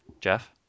Jeff